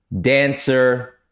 dancer